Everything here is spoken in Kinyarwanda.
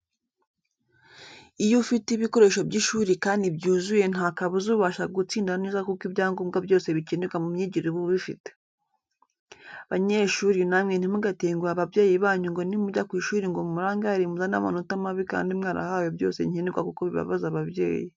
Iyo ufite ibikoresho by'ishuri kandi byuzuye ntakabuza ubasha gutsinda neza kuko ibyangombwa byose bikenerwa mu myigire uba ubifite. Banyeshuri namwe ntimugatenguhe ababyeyi banyu ngo nimujya ku ishuri ngo murangare muzane amanota mabi kandi mwarahawe byose nkenerwa kuko bibabaza ababyeyi.